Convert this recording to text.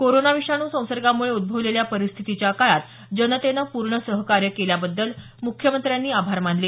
corona विषाणू संसर्गामुळे उद्दवलेल्या परिस्थितीच्या काळात जनेतेनं पूर्ण सहकार्य केल्याबद्दल मुख्यमंत्र्यांनी आभार मानले